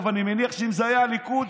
אני ממש מרחם,